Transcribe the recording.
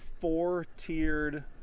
four-tiered